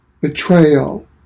betrayal